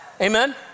Amen